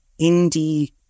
indie